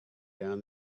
down